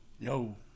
no